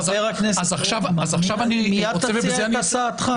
חבר הכנסת רוטמן, מייד תציע את הצעתך.